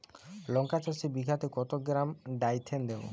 লঙ্কা চাষে বিঘাতে কত গ্রাম ডাইথেন দেবো?